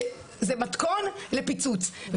זה מתכון לפיצוץ.